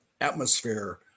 atmosphere